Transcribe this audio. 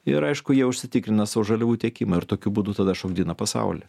ir aišku jie užsitikrina sau žaliavų tiekimą ir tokiu būdu tada šokdina pasaulį